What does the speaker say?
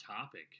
topic